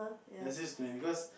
is this because